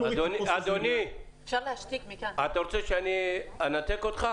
אדוני, אתה רוצה שאני אנתק אותך?